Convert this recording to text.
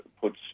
puts